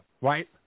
right